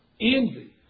Envy